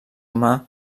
humà